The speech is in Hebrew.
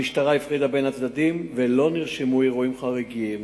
המשטרה הפרידה בין הצדדים ולא נרשמו אירועים חריגים.